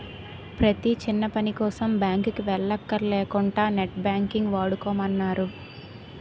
ప్రతీ చిన్నపనికోసం బాంకుకి వెల్లక్కర లేకుంటా నెట్ బాంకింగ్ వాడుకోమన్నారు